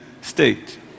state